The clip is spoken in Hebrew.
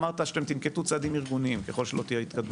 אמרת שתנקטו בצעדים ארגוניים ככל שלא תהיה התקדמות.